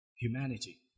humanity